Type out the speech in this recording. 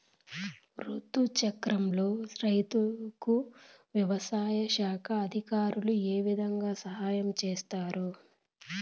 రుతు చక్రంలో రైతుకు వ్యవసాయ శాఖ అధికారులు ఏ విధంగా సహాయం చేస్తారు?